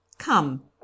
Come